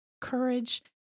courage